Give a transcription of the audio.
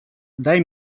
daj